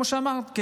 כמו שאמרת,